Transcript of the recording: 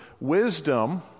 wisdom